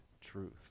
truth